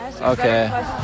Okay